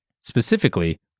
Specifically